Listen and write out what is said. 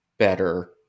better